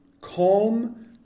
Calm